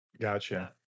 gotcha